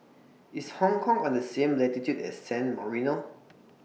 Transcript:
IS Hong Kong on The same latitude as San Marino